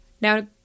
Now